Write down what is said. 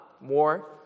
more